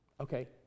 Okay